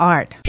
Art